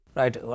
right